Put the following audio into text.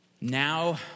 Now